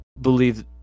believe